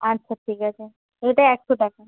আচ্ছা ঠিক আছে ওটা একশো টাকা